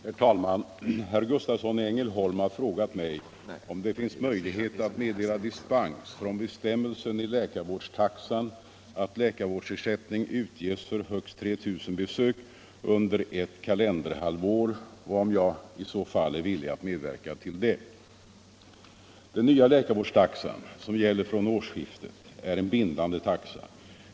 Herr talman! Herr Gustavsson i Ängelholm har frågat mig om det finns möjlighet att meddela dispens från bestämmelsen i läkarvårdstaxan att läkarvårdsersättning utges för högst 3 000 besök under ett kalenderhalvår och om jag i så fall är villig att medverka till det. Den nya läkarvårdstaxan, som gäller från årsskiftet, är en bindande taxa.